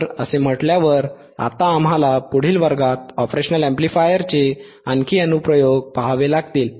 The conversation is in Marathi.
तर असे म्हटल्यावर आता आम्हाला पुढील वर्गात ऑपरेशनल अॅम्प्लिफायरचे आणखी अनुप्रयोग पहावे लागतील